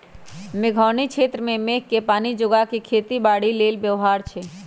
मेघोउनी क्षेत्र में मेघके पानी जोगा कऽ खेती बाड़ी लेल व्यव्हार छै